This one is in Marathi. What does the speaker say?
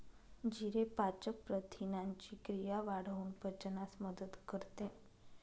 जिरे पाचक प्रथिनांची क्रिया वाढवून पचनास मदत करते